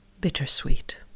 Bittersweet